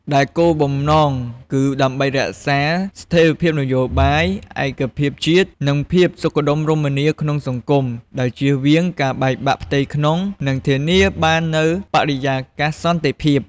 ដែលគោលបំណងគឺដើម្បីរក្សា ស្ថេរភាពនយោបាយ ឯកភាពជាតិ និងភាពសុខដុមរមនាក្នុងសង្គម ដោយជៀសវាងការបែកបាក់ផ្ទៃក្នុង និងធានាបាននូវបរិយាកាសសន្តិភាព។